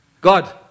God